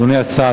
אדוני השר,